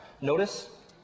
notice